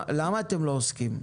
למה אתם לא עוסקים?